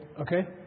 okay